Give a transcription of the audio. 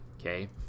Okay